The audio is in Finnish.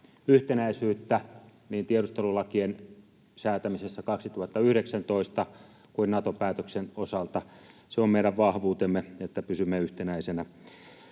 yhtenäisyyttä niin tiedustelulakien säätämisessä 2019 kuin Nato-päätöksen osalta. Se on meidän vahvuutemme, että pysymme yhtenäisenä.